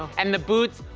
and the boots,